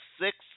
six